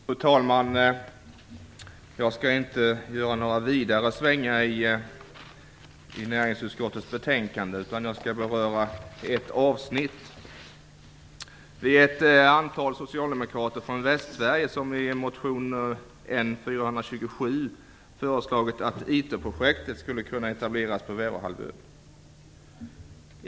Fru talman! Jag skall inte göra några vidare svängar i näringsutskottets betänkande. Jag skall beröra ett avsnitt. Vi är ett antal socialdemokrater från Västsverige som i motion N427 föreslagit att ITER-projektet skulle kunna etableras på Väröhalvön.